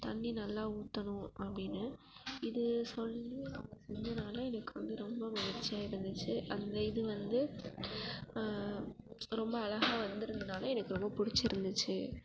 தண்ணி நல்லா ஊற்றணும் அப்படின்னு இது சொல்லி அவங்க செஞ்சனால எனக்கு வந்து ரொம்ப மகிழ்ச்சியா இருந்துச்சு அந்த இது வந்து ரொம்ப அ அழகா வந்திருந்தனால எனக்கு ரொம்ப பிடிச்சிருந்துச்சி